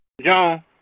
John